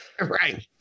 Right